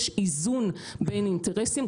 יש איזון בין אינטרסים,